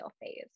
phase